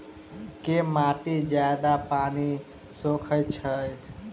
केँ माटि जियादा पानि सोखय छै?